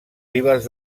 ribes